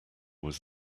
was